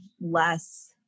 less